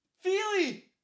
Feely